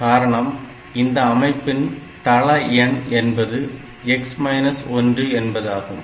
காரணம் இந்த அமைப்பின் தள எண் என்பது x 1 என்பதாகும்